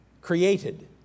Created